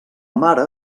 mare